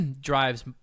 drives